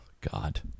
god